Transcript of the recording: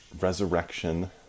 resurrection